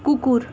কুকুর